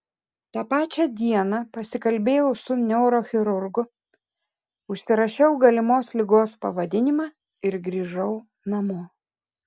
tą pačią dieną pasikalbėjau su neurochirurgu užsirašiau galimos ligos pavadinimą ir grįžau namo